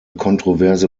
kontroverse